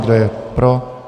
Kdo je pro?